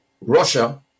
Russia